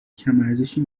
کمارزشی